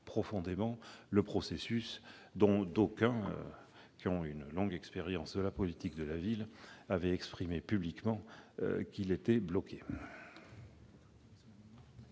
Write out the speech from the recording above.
profondément le processus, dont d'aucuns, qui ont une longue expérience de la politique de la ville, avaient dit publiquement qu'il était bloqué.